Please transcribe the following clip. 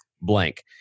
blank